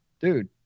dude